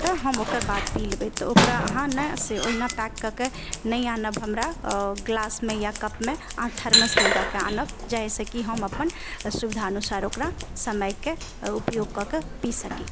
तऽ हम ओकर बाद पी लेबै तऽ हम ओकरा अहाँ ने से ओहिना पैक कऽ कऽ नहि आनब हमरा गिलासमे या कपमे अहाँ थर्मसमे दऽ कऽ आनब जाहिसँ कि हम अपन सुविधानुसार ओकरा समयके उपयोग कऽ कऽ पी सकी